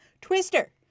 Twister